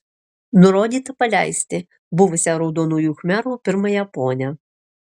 nurodyta paleisti buvusią raudonųjų khmerų pirmąją ponią